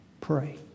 Pray